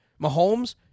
Mahomes